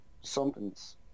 something's